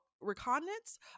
reconnaissance